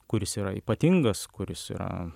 kuris yra ypatingas kuris yra